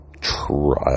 trial